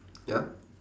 ya